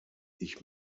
ich